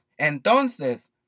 Entonces